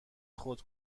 خود